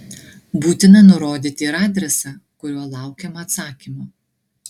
būtina nurodyti ir adresą kuriuo laukiama atsakymo